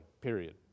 period